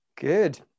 Good